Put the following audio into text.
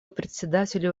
председателю